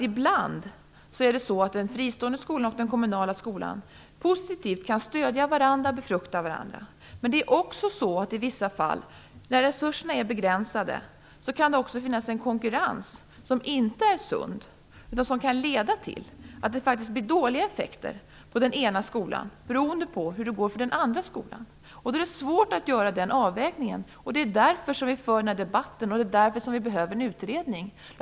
Ibland kan den fristående och den kommunala skolan positivt stödja och befrukta varandra. I vissa fall, när resurserna är begränsade, kan det också finnas en konkurrens som inte är sund utan kan leda till dåliga effekter på den ena skolan beroende på hur det går för den andra skolan. Det är svårt att göra den avvägningen. Det är därför vi för denna debatt, och det är därför vi behöver en utredning.